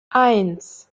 eins